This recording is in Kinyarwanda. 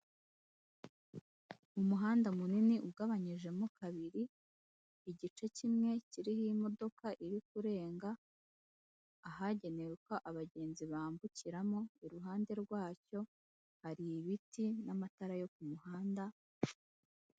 Irahira rya nyakubahwa perezida wa repubulika Paul Kagame, iruhande rwe hari umufasha we nyakubahwa Jeanette Kagame, iruhande rwa nyakuhwa perezida wa repubulika hari idarapo, ku rundi ruhande hari umucamanza muri sitade Amahoro.